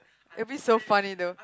it'd be so funny though